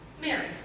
Mary